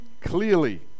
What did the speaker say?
clearly